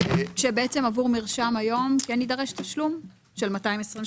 עבור מרשם היום כן יידרש תשלום של 220 שקלים?